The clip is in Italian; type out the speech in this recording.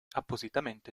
appositamente